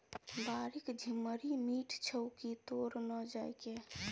बाड़ीक छिम्मड़ि मीठ छौ की तोड़ न जायके